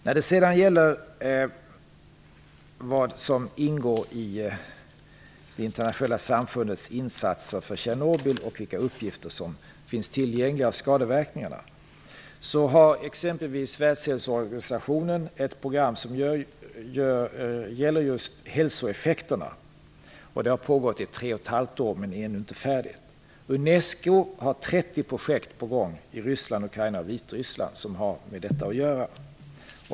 När det sedan gäller vad som ingår i det internationella samfundets insatser för Tjernobyl och vilka uppgifter om skadeverkningarna som finns tillgängliga har t.ex. Världshälsoorganisationen ett program som gäller just hälsoeffekterna. Det har pågått i tre och ett halvt år men är ännu inte färdigt. Unesco har 30 projekt på gång i Ryssland, Ukraina och Vitryssland som har med detta att göra.